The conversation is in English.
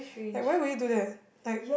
like why will you do that like